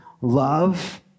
love